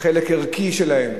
כחלק ערכי שלהם,